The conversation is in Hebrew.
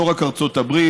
לא רק ארצות הברית,